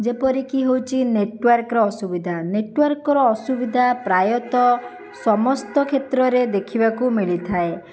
ଯେପରିକି ହେଉଛି ନେଟୱାର୍କର ଅସୁବିଧା ନେଟୱର୍କର ଅସୁବିଧା ପ୍ରାୟତଃ ସମସ୍ତ କ୍ଷେତ୍ରରେ ଦେଖିବାକୁ ମିଳିଥାଏ